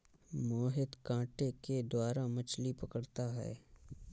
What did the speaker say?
मोहित कांटे के द्वारा मछ्ली पकड़ता है